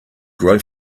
grow